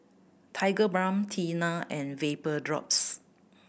Tigerbalm Tena and Vapodrops